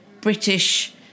British